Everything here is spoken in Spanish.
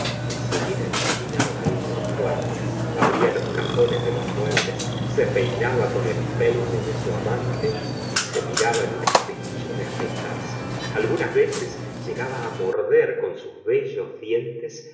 en seguida examinaba ella el cuarto abría los cajones de los muebles se peinaba con el peine de su amante y se miraba en un espejillo de afeitarse algunas veces llegaba á morder con sus bellos dientes